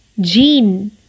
gene